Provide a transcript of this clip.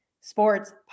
Sports